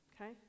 Okay